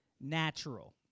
natural